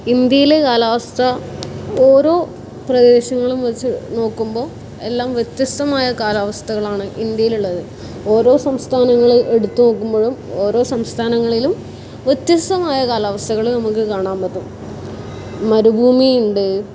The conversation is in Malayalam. ഇന്ത്യയിൽ കാലാവസ്ഥ ഓരോ പ്രദേശങ്ങളും വെച്ച് നോക്കുമ്പോൾ എല്ലാം വ്യത്യസ്തമായ കാലാവസ്ഥകളാണ് ഇന്ത്യയിലുള്ളത് ഓരോ സംസ്ഥാനങ്ങളെ എടുത്ത് നോക്കുമ്പോഴും ഓരോ സംസ്ഥാനങ്ങളിലും വ്യത്യസ്തമായ കാലാവസ്ഥകൾ നമുക്ക് കാണാൻ പറ്റും മരുഭൂമി ഉണ്ട്